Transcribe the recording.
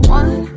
one